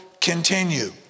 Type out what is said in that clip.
continue